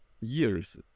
years